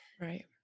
Right